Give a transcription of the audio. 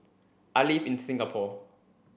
I live in Singapore